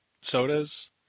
sodas